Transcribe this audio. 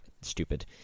stupid